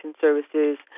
services